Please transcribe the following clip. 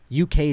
UK